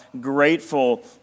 grateful